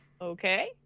Okay